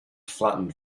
flattened